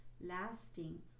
lasting